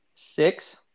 Six